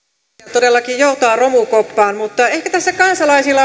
todellakin joutaa romukoppaan mutta ehkä tässä kansalaisilla